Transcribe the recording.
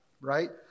right